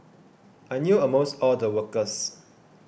I knew almost all the workers